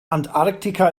antarktika